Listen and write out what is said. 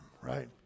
right